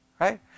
right